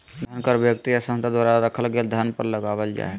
धन कर व्यक्ति या संस्था द्वारा रखल गेल धन पर लगावल जा हइ